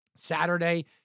Saturday